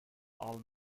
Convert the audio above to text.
all